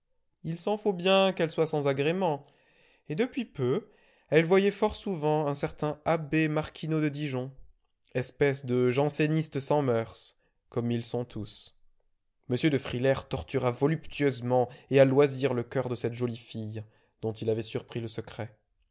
il s'en faut bien qu'elle soit sans agréments et depuis peu elle voyait fort souvent un certain abbé marquinot de dijon espèce de janséniste sans moeurs comme ils sont tous m de frilair tortura voluptueusement et à loisir le coeur de cette jolie fille dont il avait surpris le secret